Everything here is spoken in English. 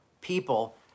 people